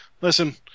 Listen